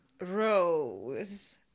Rose